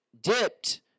dipped